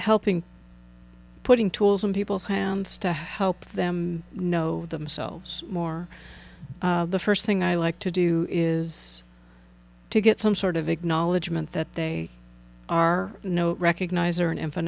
helping putting tools in people's hands to help them know themselves more the first thing i like to do is to get some sort of acknowledgement that they are no recognize or an